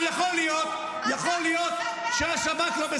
אני מפחדת רק מהקדוש ברוך הוא.